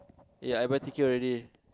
eh I buy ticket already